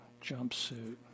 jumpsuit